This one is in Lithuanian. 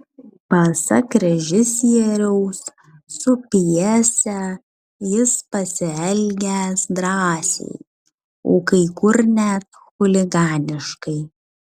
pasak režisieriaus su pjese jis pasielgęs drąsiai o kai kur net chuliganiškai